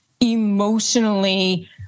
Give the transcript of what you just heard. emotionally